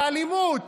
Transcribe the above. באלימות.